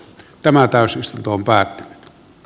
tämä täysistuntoon päin